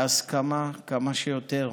בהסכמה כמה שיותר,